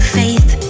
faith